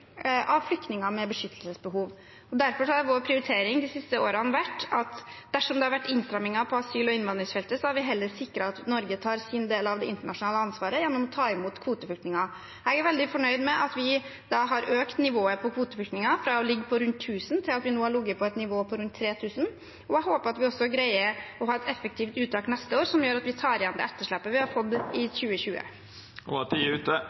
av flyktninger med beskyttelsesbehov. Derfor har vår prioritering de siste årene vært at dersom det har vært innstramminger på asyl- og innvandringsfeltet, har vi heller sikret at Norge tar sin del av det internasjonale ansvaret gjennom å ta imot kvoteflyktninger. Jeg er veldig fornøyd med at vi da har hevet nivået på kvoteflyktninger fra å ligge på rundt 1 000, til at vi nå har ligget på et nivå på rundt 3 000, og jeg håper at vi også greier å ha et effektivt uttak neste år som gjør at vi tar igjen det etterslepet vi har fått i 2020. I budsjettenigheten mellom regjeringspartiene og